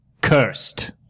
Cursed